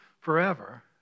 forever